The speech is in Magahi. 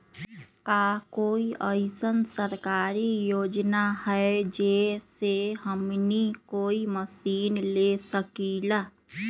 का कोई अइसन सरकारी योजना है जै से हमनी कोई मशीन ले सकीं ला?